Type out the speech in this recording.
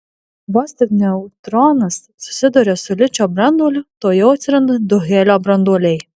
vos tik neutronas susiduria su ličio branduoliu tuojau atsiranda du helio branduoliai